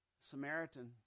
Samaritan